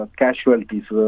casualties